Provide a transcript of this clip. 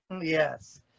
Yes